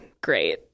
great